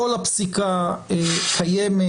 כל הפסיקה קיימת.